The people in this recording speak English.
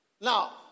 Now